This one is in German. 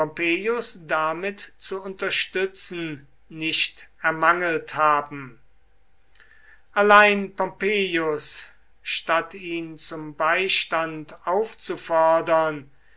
damit zu unterstützen nicht ermangelt haben allein pompeius statt ihn zum beistand aufzufordern